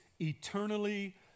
eternally